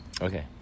Okay